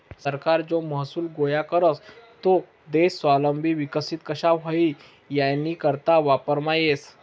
सरकार जो महसूल गोया करस तो देश स्वावलंबी विकसित कशा व्हई यानीकरता वापरमा येस